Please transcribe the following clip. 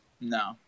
No